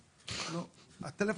הנתונים.